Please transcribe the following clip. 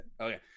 Okay